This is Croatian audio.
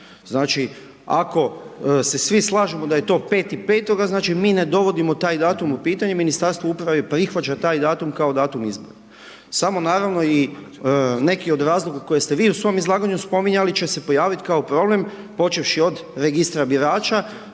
Znači, ako se svi slažemo da je to 05.05., znači mi ne dovodimo taj datum u pitanje, Ministarstvo uprave prihvaća taj datum kao datum izbora. Samo naravno i neki od razloga koje ste vi u svom izlaganju spominjali će se pojaviti kao problem, počevši od registra birača,